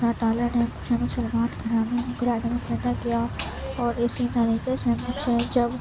اللہ تعالیٰ نے مجھے مسلمان گھرانے گھرانے میں پیدا کیا اور اسی طریقے سے مجھے جب